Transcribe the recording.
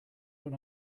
when